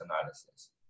analysis